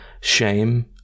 shame